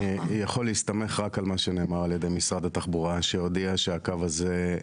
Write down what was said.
אני יכול להסתמך רק על מה שנאמר על ידי משרד התחבורה שהודיע שהקו הזה,